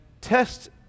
test